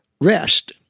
rest